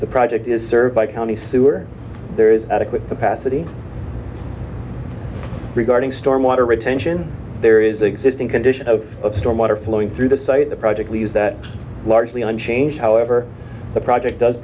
the project is served by county sewer there is adequate capacity regarding storm water retention there is existing condition of storm water flowing through the site the project leaves that largely unchanged however the project does